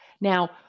now